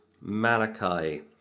Malachi